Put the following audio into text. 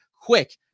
quick